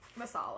masala